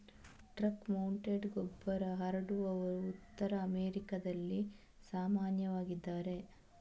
truck mounted ಗೊಬ್ಬರ ಹರಡುವವರು ಉತ್ತರ ಅಮೆರಿಕಾದಲ್ಲಿ ಸಾಮಾನ್ಯವಾಗಿದ್ದಾರೆ